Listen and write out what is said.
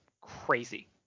crazy